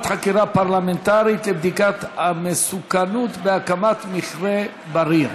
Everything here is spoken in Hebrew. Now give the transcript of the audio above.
חקירה פרלמנטרית לחקירת המסוכנות בהקמת מכרה בריר,